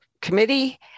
committee